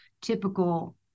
typical